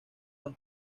los